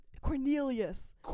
cornelius